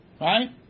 Right